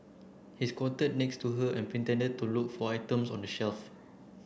he squatted next to her and pretended to look for items on the shelf